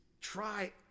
try